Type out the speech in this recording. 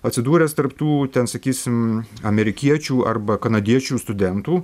atsidūręs tarp tų ten sakysim amerikiečių arba kanadiečių studentų